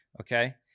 Okay